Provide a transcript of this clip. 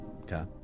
Okay